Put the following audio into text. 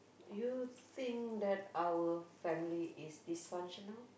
you think that our family is dysfunctional